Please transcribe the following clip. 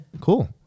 Cool